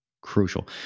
Crucial